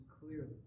clearly